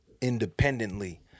independently